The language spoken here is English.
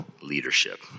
leadership